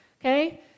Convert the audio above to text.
okay